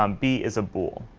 um b is a bool.